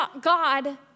God